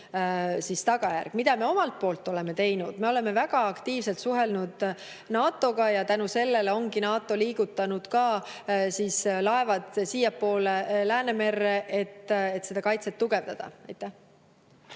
laiem tagajärg. Mida me omalt poolt oleme teinud? Me oleme väga aktiivselt suhelnud NATO‑ga ja tänu sellele ongi NATO liigutanud laevad siiapoole Läänemerre, et kaitset tugevdada. No